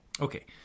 Okay